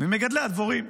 ממגדלי הדבורים.